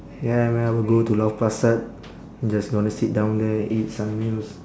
ya man I would go to lau pa sat just gonna sit down there eat some meals